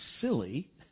silly